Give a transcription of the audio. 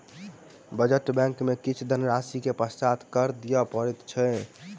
बचत बैंक में किछ धनराशि के पश्चात कर दिअ पड़ैत अछि